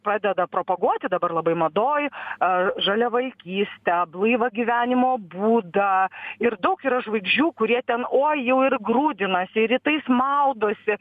pradeda propaguoti dabar labai madoj ar žaliavalgystę blaivą gyvenimo būdą ir daug yra žvaigždžių kurie ten o jau ir grūdinasi rytais maudosi